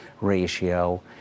ratio